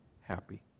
happy